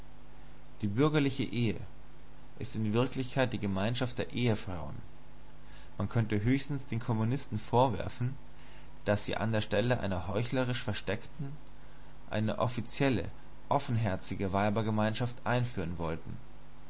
die bürgerliche ehe ist in wirklichkeit die gemeinschaft der ehefrauen man könnte höchstens den kommunisten vorwerfen daß sie an stelle einer heuchlerisch versteckten eine offizielle offenherzige weibergemeinschaft einführen wollten